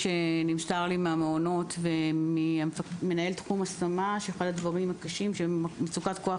נמסר לי מהמעונות וממנהל תחום השמה שאחד הדברים הקשים שנובעים ממצוקת כוח